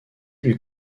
lui